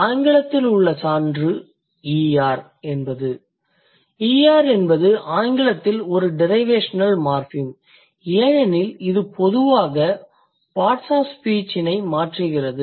ஆங்கிலத்தில் உள்ள சான்று er என்பது ஆங்கிலத்தில் ஒரு டிரைவேஷனல் மார்ஃபிம் ஏனெனில் இது பொதுவாக பார்ட்ஸ் ஆஃப் ஸ்பீச் இனை மாற்றுகிறது